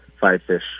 five-fish